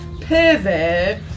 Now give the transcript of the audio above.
Pivot